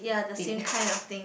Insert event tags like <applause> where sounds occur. thing <noise>